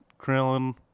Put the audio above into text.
Krillin